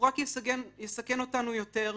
הוא רק יסכן אותנו יותר.